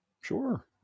Sure